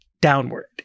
downward